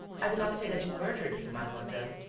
i did not say that you murdered him, mademoiselle.